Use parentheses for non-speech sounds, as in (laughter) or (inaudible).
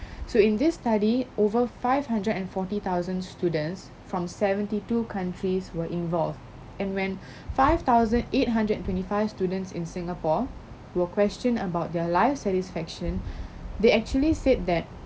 so in this study over five hundred and forty thousand students from seventy two countries were involved and when (breath) five thousand eight hundred and twenty five students in singapore were questioned about their life satisfaction (breath) they actually said that